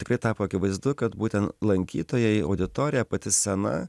tikrai tapo akivaizdu kad būtent lankytojai auditorija pati scena